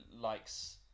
likes